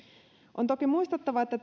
on toki muistettava että